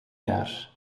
jaar